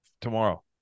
Tomorrow